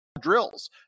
drills